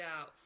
out